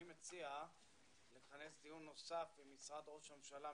אני מציע לכנס דיון נוסף במשרד ראש הממשלה,